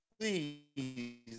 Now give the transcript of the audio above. please